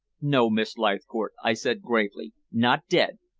no, miss leithcourt, i said gravely, not dead,